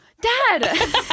Dad